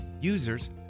Users